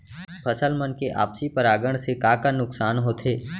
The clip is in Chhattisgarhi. फसल मन के आपसी परागण से का का नुकसान होथे?